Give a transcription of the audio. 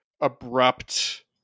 abrupt